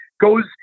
goes